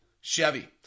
Chevy